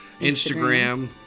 Instagram